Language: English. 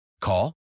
Call